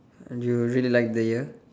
and you really like the year